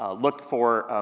ah look for,